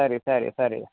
ಸರಿ ಸರಿ ಸರಿ